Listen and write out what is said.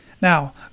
Now